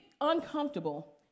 uncomfortable